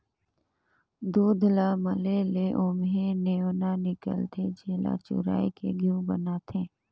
दूद ल मले ले ओम्हे लेवना हिकलथे, जेला चुरायके घींव बनाथे